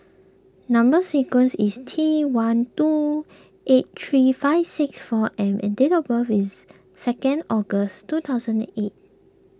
Number Sequence is T one two eight three five six four M and date of birth is second August two thousand and eight